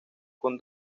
con